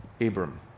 Abram